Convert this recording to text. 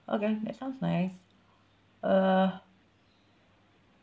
okay that sounds nice uh